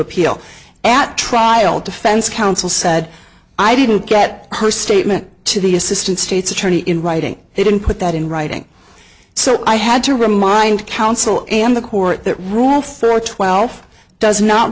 appeal at trial defense counsel said i didn't get her statement to the assistant state's attorney in writing they didn't put that in writing so i had to remind counsel in the court that rule thirty twelve does not